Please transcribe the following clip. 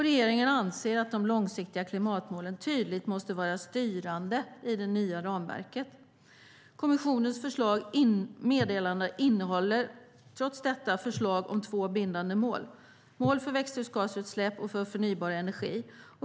Regeringen anser att de långsiktiga klimatmålen måste vara tydligt styrande i det nya ramverket. Kommissionens meddelande innehåller trots detta förslag om två bindande mål - för växthusgasutsläpp och för förnybar energi.